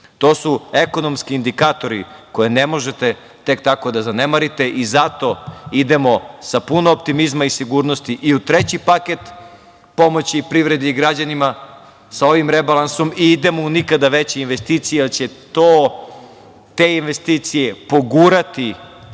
To su ekonomski indikatori koje ne možete tek tako da zanemarite i zato idemo sa puno optimizma i sigurnosti i u treći paket pomoći privredi i građanima sa ovim rebalansom i idemo u nikada veće investicije, jer će te investicije pogurati